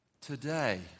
Today